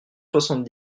soixante